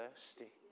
thirsty